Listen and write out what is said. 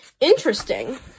Interesting